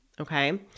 okay